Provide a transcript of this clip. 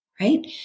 right